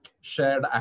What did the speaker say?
shared